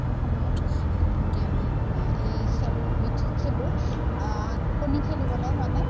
অসময়ত সাধাৰণতে আমি এই খেলবিধ খেলোঁ কণী খেলিবলৈ মানে